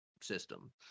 system